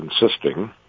insisting